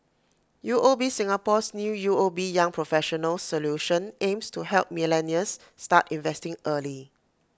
U O B Singapore's new U O B young professionals solution aims to help millennials start investing early